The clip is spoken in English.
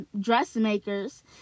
dressmaker's